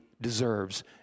deserves